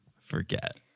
forget